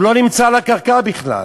הוא לא נמצא על הקרקע בכלל,